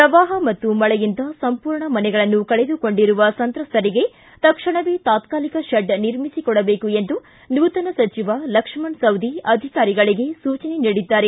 ಪ್ರವಾಪ ಮತ್ತು ಮಳೆಯಿಂದ ಸಂಪೂರ್ಣ ಮನೆಗಳನ್ನು ಕಳೆದುಕೊಂಡಿರುವ ಸಂತ್ರಸ್ತರಿಗೆ ತಕ್ಷಣವೇ ತಾತಾಲಕ ಶೆಡ್ ನಿರ್ಮಿಸಿಕೊಡಬೇಕು ಎಂದು ನೂತನ ಸಚಿವ ಲಕ್ಷ್ಮಣ ಸವದಿ ಅಧಿಕಾರಿಗಳಿಗೆ ಸೂಚನೆ ನೀಡಿದ್ದಾರೆ